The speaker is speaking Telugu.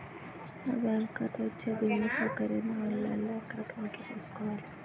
నా బ్యాంకు ఖాతా ఇచ్చే భీమా సౌకర్యాన్ని ఆన్ లైన్ లో ఎక్కడ తనిఖీ చేసుకోవాలి?